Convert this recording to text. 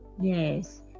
yes